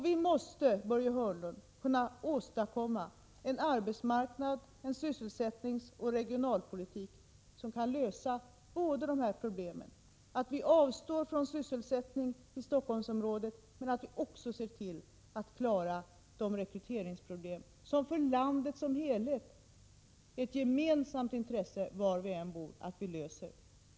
Vi måste, Börje Hörnlund, åstadkomma en arbetsmarknad och en sysselsättningsoch regionalpolitik som kan lösa båda dessa problem: att vi avstår ifrån sysselsättning i Stockholmsområdet men att vi också ser till att vi klarar de rekryteringsproblem som för landet i dess helhet, oavsett var man bor, är ett gemensamt intresse.